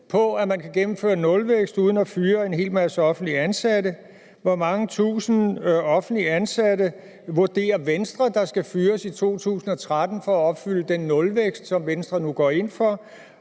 på, at man kan opnå nulvækst uden at fyre en hel masse offentligt ansatte? Hvor mange tusinde offentligt ansatte vurderer Venstre der skal fyres i 2013 for at opnå den nulvækst, som Venstre nu går ind for?